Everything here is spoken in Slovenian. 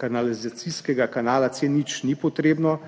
kanalizacijskega kanala C0 ni potrebno,